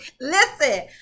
listen